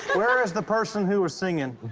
where is the person who was singing?